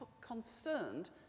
concerned